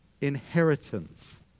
inheritance